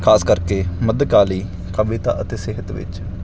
ਖਾਸ ਕਰਕੇ ਮੱਧਕਾਲੀ ਕਵਿਤਾ ਅਤੇ ਸਿਹਤ ਵਿੱਚ